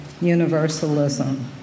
Universalism